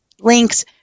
links